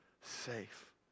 safe